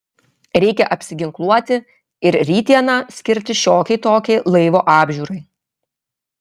reikia apsiginkluoti ir rytdieną skirti šiokiai tokiai laivo apžiūrai